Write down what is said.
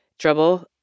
trouble